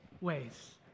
ways